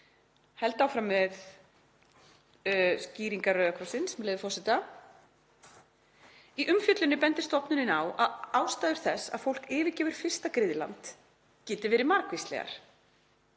held áfram með skýringar Rauða krossins, með leyfi forseta: „Í umfjölluninni bendir stofnunin á að ástæður þess að fólk yfirgefur fyrsta griðland geti verið margvíslegar,